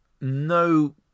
no